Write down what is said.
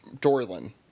Dorlin